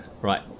Right